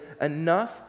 enough